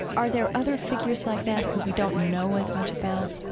are there other figures like that who we don't know as much about?